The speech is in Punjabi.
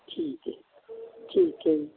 ਠੀਕ ਹੈ ਠੀਕ ਹੈ ਜੀ